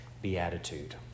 Beatitude